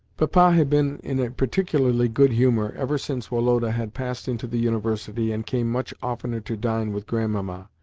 papa had been in a particularly good humour ever since woloda had passed into the university, and came much oftener to dine with grandmamma.